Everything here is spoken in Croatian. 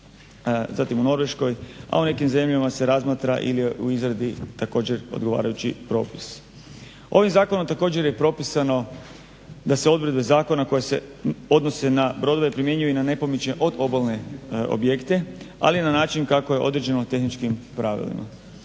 zatim u Norveškoj, a u nekim zemljama se razmatra ili je u izradi također odgovarajući propis. Ovim zakonom također je propisano da se odredbe zakona koje se odnose na brodove primjenjuju i na nepomične od obalne objekte, ali na način kako je određeno tehničkim pravilima.